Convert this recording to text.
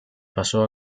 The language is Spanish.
pasó